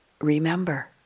remember